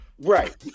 Right